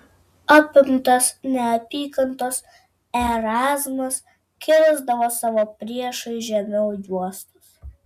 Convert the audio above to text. apimtas neapykantos erazmas kirsdavo savo priešui žemiau juostos